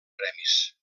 premis